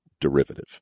derivative